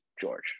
George